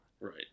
Right